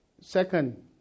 Second